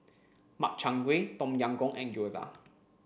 Makchang Gui Tom Yam Goong and Gyoza